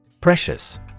Precious